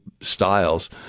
styles